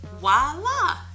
Voila